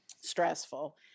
stressful